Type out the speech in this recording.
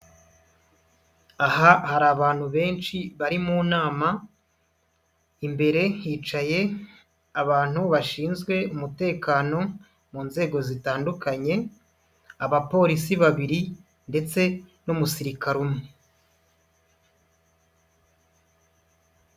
Aha hari abantu benshi bari mu nama, imbere hicaye abantu bashinzwe umutekano mu nzego zitandukanye, abapolisi babiri ndetse n'umusirikare umwe.